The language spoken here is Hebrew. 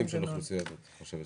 על איזה אוכלוסיות את חושבת?